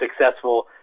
successful